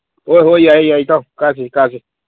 ꯍꯣꯏ ꯍꯣꯏ ꯌꯥꯏ ꯌꯥꯏ ꯏꯇꯥꯎ ꯀꯥꯁꯤ ꯀꯥꯁꯤ